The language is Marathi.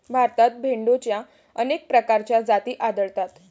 भारतात भेडोंच्या अनेक प्रकारच्या जाती आढळतात